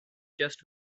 just